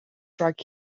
rhag